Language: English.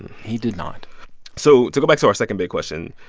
he did not so to go back to our second big question,